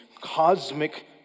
cosmic